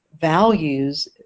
Values